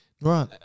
Right